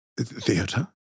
theater